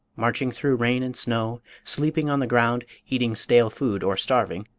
marching through rain and snow, sleeping on the ground, eating stale food or starving,